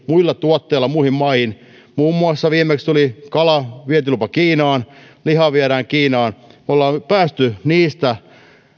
muilla tuotteilla muihin maihin muun muassa viimeksi tuli kalan vientilupa kiinaan lihaa viedään kiinaan me olemme nyt päässeet niistä